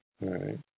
right